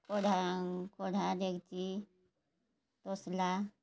କଢ଼ା କଢ଼ା ଡେକ୍ଚି ତସ୍ଲା